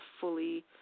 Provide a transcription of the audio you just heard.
fully